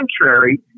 contrary